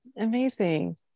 Amazing